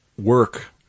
work